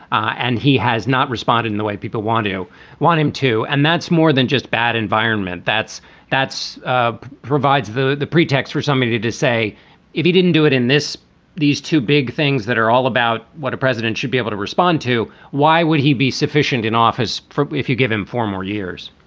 and he has not responded in the way people want to want him to. and that's more than just bad environment. that's that's provides the the pretext for somebody to to say if he didn't do it in this these two big things that are all about what a president should be able to respond to. why would he be sufficient in office if you give him four more years?